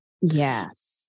Yes